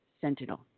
Sentinel